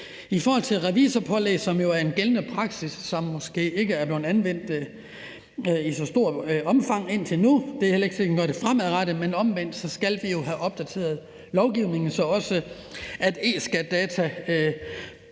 I forhold til revisorpålæg, som jo er en gældende praksis, som ikke er blevet anvendt i så stort omfang indtil nu, hvad der heller ikke er sikkert bliver tilfældet fremadrettet, er det jo sådan, at vi skal have opdateret lovgivningen så også eSkatData bliver